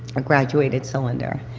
a graduated cylinder,